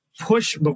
Push